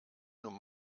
nun